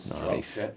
Nice